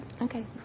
Okay